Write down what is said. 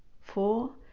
four